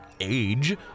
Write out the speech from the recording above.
age